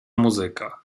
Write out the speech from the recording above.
muzyka